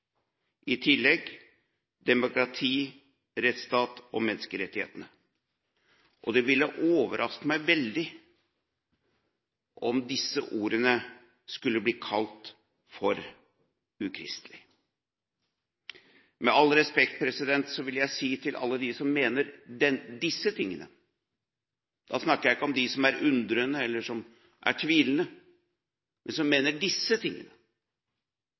I tillegg sies det: «Denne Grundlov skal sikre Demokratiet, Retsstaten og Menneskerettighederne.» Det ville overraske meg veldig om disse ordene skulle bli kalt ukristelige. Med all respekt vil jeg si til alle dem som mener disse tingene – da snakker jeg ikke om dem som er undrende eller tvilende, men som mener disse tingene: